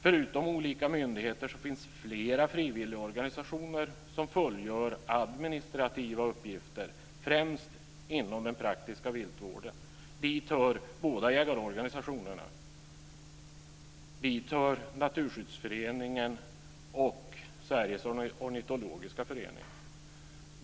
Förutom olika myndigheter finns det flera frivilligorganisationer som fullgör administrativa uppgifter främst inom den praktiska viltvården. Dit hör de båda jägarorganisationerna, Naturskyddsföreningen och Sveriges Ornitologiska förening.